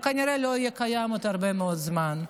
וכנראה לא יהיה קיים גם עוד הרבה מאוד זמן.